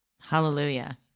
Hallelujah